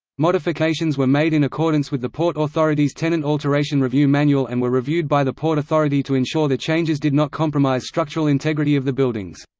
modifications were made in accordance with the port authority's tenant alteration review manual and were reviewed by the port authority to ensure the changes did not compromise structural integrity of the buildings.